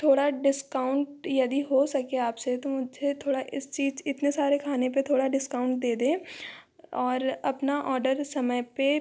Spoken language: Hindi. थोड़ा डिस्काउंट यदि हो सके आपसे तो मुझे थोड़ा इस चीज़ इतने सारे खाने पे थोड़ा डिस्काउंट दें दें और अपना ऑर्डर समय पे